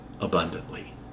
abundantly